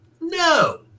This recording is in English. No